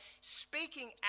speaking